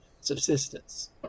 subsistence